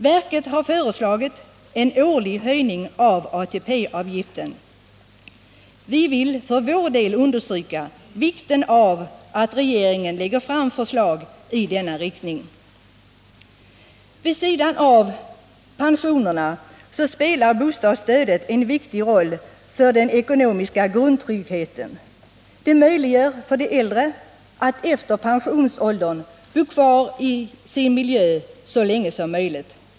Verket har föreslagit en årlig höjning av ATP-avgiften. Vi vill för vår del understryka vikten av att regeringen lägger fram förslag i denna riktning. Vid sidan av pensionerna spelar bostadsstödet en viktig roll för den ekonomiska grundtryggheten för de äldre. Det möjliggör för dem att efter pensionsåldern bo kvar i sin egen miljö så länge som möjligt.